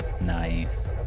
Nice